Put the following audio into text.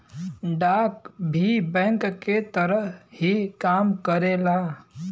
डाक भी बैंक के तरह ही काम करेला